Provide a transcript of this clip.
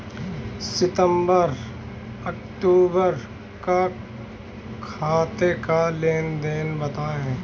सितंबर अक्तूबर का खाते का लेनदेन बताएं